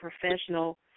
professional